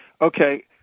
Okay